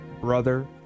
brother